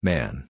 Man